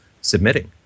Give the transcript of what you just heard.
submitting